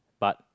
but